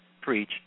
preach